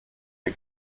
wir